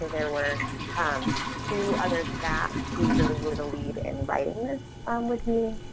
so there were um two other staff who really were the lead in writing this um with me,